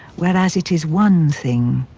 whereas it is one thing.